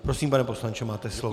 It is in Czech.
Prosím, pane poslanče, máte slovo.